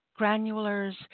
granulars